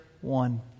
one